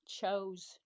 chose